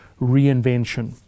reinvention